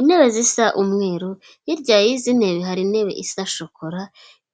Intebe zisa umweru, hirya y'izi ntebe hari intebe isa shokora